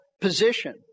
position